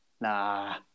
nah